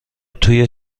توی